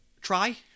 Try